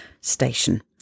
Station